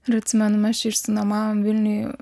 ir atsimenu mes čia išsinuomavom vilniuj